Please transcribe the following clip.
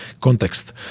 context